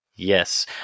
Yes